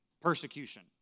persecution